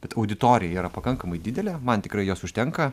bet auditorija yra pakankamai didelė man tikrai jos užtenka